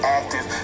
active